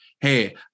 hey